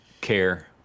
care